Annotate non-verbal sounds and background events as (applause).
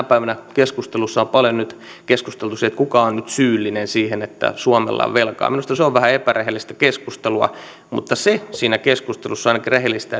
(unintelligible) päivänä on paljon keskusteltu siitä kuka on on nyt syyllinen siihen että suomella on velkaa minusta se on vähän epärehellistä keskustelua mutta se siinä keskustelussa on ainakin rehellistä (unintelligible)